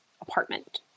apartment